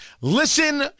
Listen